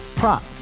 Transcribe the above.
prop